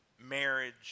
marriage